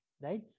right